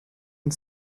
and